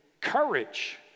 courage